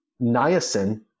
niacin